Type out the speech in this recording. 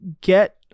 get